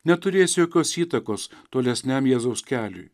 neturės jokios įtakos tolesniam jėzaus keliui